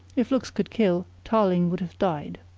if looks could kill, tarling would have died.